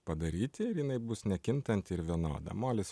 padaryti ir jinai bus nekintanti ir vienoda molis